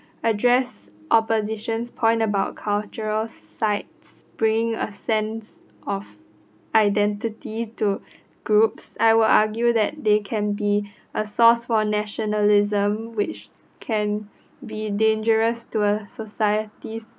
address opposition's point about cultural sites bringing a sense of identity to groups I will argue that they can be a source for nationalism which can be dangerous to a society's